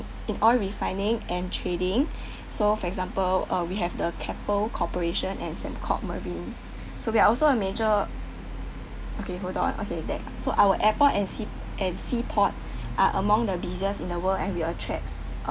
in oil refining and trading so for example uh we have the Keppel Corporation and Sembcorp Marine so we are also a major okay hold on okay that so our airport and ship and sea port are among the busiest in the world and we attracts